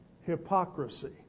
hypocrisy